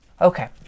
Okay